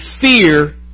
fear